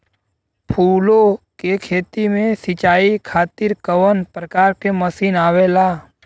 फूलो के खेती में सीचाई खातीर कवन प्रकार के मशीन आवेला?